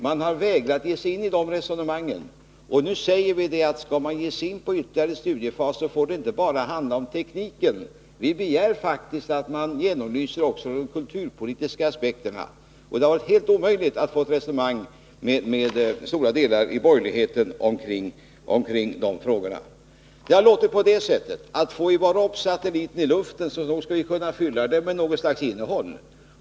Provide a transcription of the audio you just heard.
Man har vägrat att ge sig in i de resonemangen om programkostnader, och nu säger vi att skall det bli ytterligare studiefaser får de inte bara handla om tekniken. Vi begär faktiskt att man genomlyser såväl de ekonomiska som de kulturpolitiska aspekterna. Det har varit helt omöjligt att få ett resonemang med stora delar av borgerligheten kring de här frågorna. Från det hållet har det sagts: Får vi bara upp satelliten i luften, skall vi nog kunna fylla den med något slags innehåll.